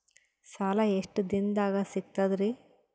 ಸಾಲಾ ಎಷ್ಟ ದಿಂನದಾಗ ಸಿಗ್ತದ್ರಿ?